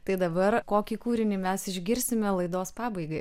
tai dabar kokį kūrinį mes išgirsime laidos pabaigai